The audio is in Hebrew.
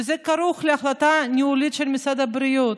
וזה כרוך בהחלטה ניהולית של משרד הבריאות.